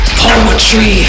poetry